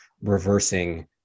reversing